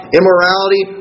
immorality